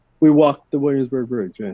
we walked the williamsburg bridge, and